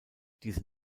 diese